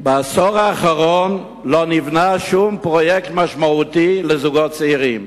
בעשור האחרון לא נבנה שום פרויקט משמעותי לזוגות צעירים.